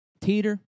Teeter